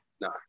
No